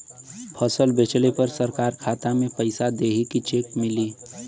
फसल बेंचले पर सरकार खाता में पैसा देही की चेक मिली?